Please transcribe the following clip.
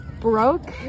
broke